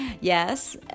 yes